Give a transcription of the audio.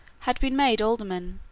had been made aldermen,